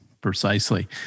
Precisely